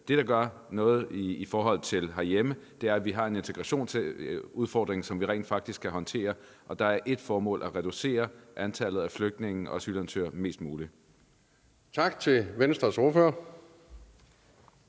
Det, der betyder noget i forhold til herhjemme, er, at vi har en integrationsudfordring, som vi rent faktisk skal håndtere, og der er et formål at reducere antallet af flygtninge og asylansøgere mest muligt. Kl. 17:46 Anden